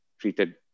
treated